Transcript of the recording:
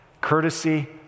courtesy